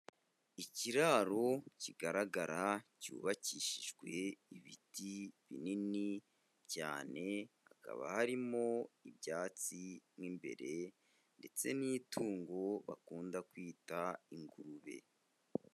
Ikiraro kigaragara cyubakishijwe ibiti binini cyane, hakaba harimo ibyatsi mo imbere, ndetse n'itungo bakunda kwita ingurube.